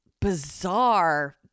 bizarre